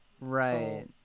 Right